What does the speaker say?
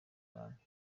banki